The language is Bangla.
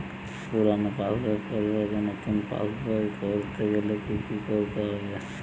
পুরানো পাশবইয়ের পরিবর্তে নতুন পাশবই ক রতে গেলে কি কি করতে হবে?